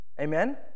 Amen